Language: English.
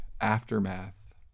Aftermath